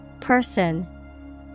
Person